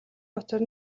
бодсоор